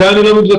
מתי אני לא מתווכח?